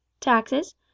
taxes